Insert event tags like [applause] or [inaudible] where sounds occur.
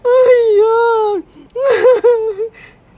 [laughs]